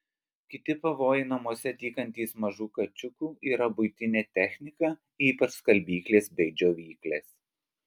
kiti pavojai namuose tykantys mažų kačiukų yra buitinė technika ypač skalbyklės bei džiovyklės